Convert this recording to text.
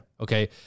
Okay